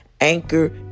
anchor